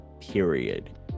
period